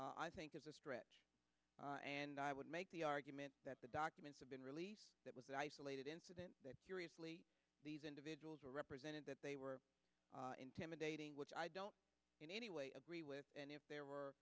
up i think is a stretch and i would make the argument that the documents have been released that was an isolated incident that these individuals were represented that they were intimidating which i don't in any way agree with and if there were